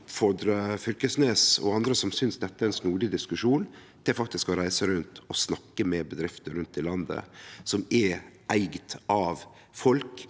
oppfordre Fylkesnes og andre som synest dette er ein snodig diskusjon, til faktisk å reise rundt og snakke med bedrifter rundt i landet som er eigde av folk